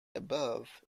above